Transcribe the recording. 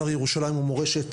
שר ירושלים ומורשת,